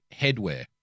headwear